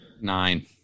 Nine